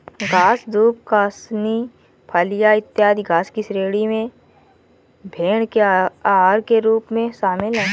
घास, दूब, कासनी, फलियाँ, इत्यादि घास की श्रेणी में भेंड़ के आहार के रूप में शामिल है